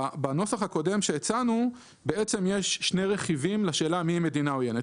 בנוסח הקודם שהצענו יש שני רכיבים לשאלה מיהי מדינה עוינת.